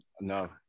No